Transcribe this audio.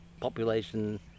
population